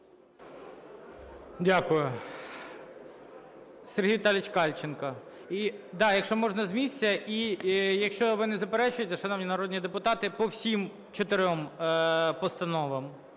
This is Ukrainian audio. Дякую. Сергій Віталійович Кальченко. Да, якщо можна, з місця. І якщо ви не заперечуєте, шановні народні депутати, по всім чотирьом постановам,